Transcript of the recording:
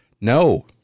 No